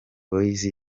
boyz